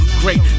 great